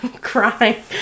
crying